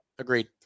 Agreed